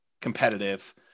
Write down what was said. competitive